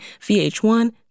VH1